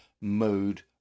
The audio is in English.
mode